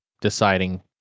deciding